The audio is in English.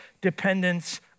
dependence